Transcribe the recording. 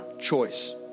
choice